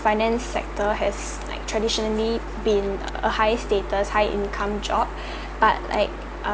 finance sector has like traditionally been a high status high income job but like